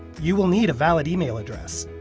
you will need a valid email address.